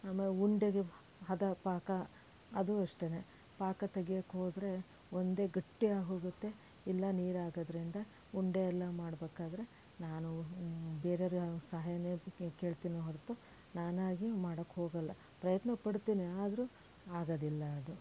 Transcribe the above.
ಆಮೇಲೆ ಉಂಡೆಗೆ ಹದ ಪಾಕ ಅದು ಅಷ್ಟೆನೇ ಪಾಕ ತೆಗಿಯೋಕ್ಕೆ ಹೋದರೆ ಒಂದು ಗಟ್ಟಿಯಾಗಿ ಹೋಗುತ್ತೆ ಇಲ್ಲ ನೀರಾಗೋದ್ರಿಂದ ಉಂಡೆ ಎಲ್ಲ ಮಾಡಬೇಕಾದ್ರೆ ನಾನು ಬೇರೆಯವರ ಸಹಾಯನೇ ಕೇಳ್ತೀನಿ ಹೊರತು ನಾನಾಗಿ ಮಾಡೋಕ್ಕೆ ಹೋಗಲ್ಲ ಪ್ರಯತ್ನಪಡ್ತೀನಿ ಆದರೂ ಆಗೋದಿಲ್ಲ ಅದು